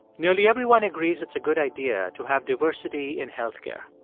nearly everyone agrees it's a good idea to have diversity in health care.